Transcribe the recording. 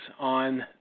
on